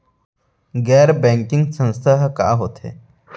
गैर बैंकिंग संस्था ह का होथे?